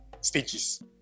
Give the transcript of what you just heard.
stages